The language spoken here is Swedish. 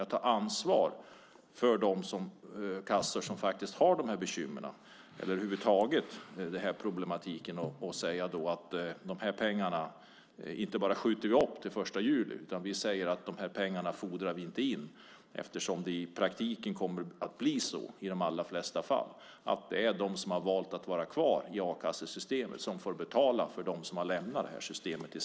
Den måste ta ansvar för de kassor som har de här bekymren eller den här problematiken över huvud taget och säga att vi inte bara skjuter upp de här pengarna till den 1 juli utan de här pengarna fordrar vi inte in. I praktiken kommer det ju i de allra flesta fall att bli så att det är de som har valt att vara kvar i a-kassesystemet som får betala för dem som har lämnat systemet.